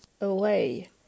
away